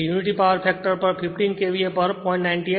જે unity power factor પર 15 KVA પર 0